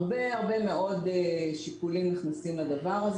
הרבה הרבה מאוד שיקולים נכנסים לדבר הזה.